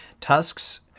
tusks